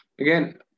again